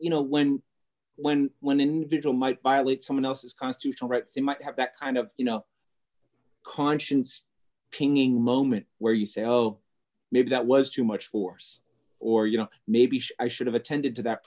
you know when when when an individual might violate someone else's constitutional rights you might have that kind of you know conscience pinning moment where you say oh maybe that was too much force or you know maybe i should have attended to that